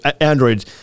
Android